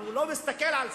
הוא לא מסתכל על זה.